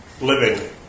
living